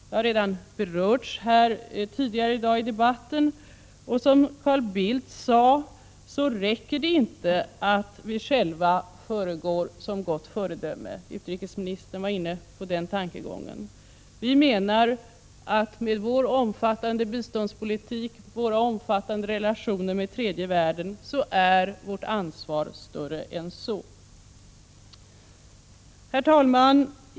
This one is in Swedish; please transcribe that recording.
Det har redan berörts här tidigare i debatten, och som Carl Bildt sade räcker det inte att vi själva går före med gott exempel — utrikesministern var inne på den tankegången. Vi menar att vårt land med sin omfattande biståndspolitik och med sina omfattande relationer med tredje världen har ett större ansvar än så. Herr talman!